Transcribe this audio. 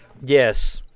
Yes